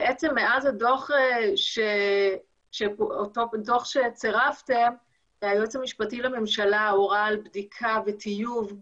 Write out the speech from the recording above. בעצם מאז אותו דוח שצירפתם היועץ המשפטי לממשלה הורה על בדיקה וטיוב,